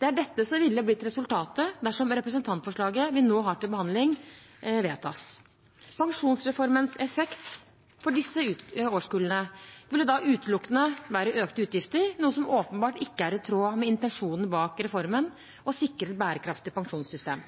Det er dette som ville blitt resultatet dersom representantforslaget vi nå har til behandling, vedtas. Pensjonsreformens effekt for disse årskullene ville da utelukkende være økte utgifter, noe som åpenbart ikke er i tråd med intensjonen bak reformen, å sikre et bærekraftig pensjonssystem.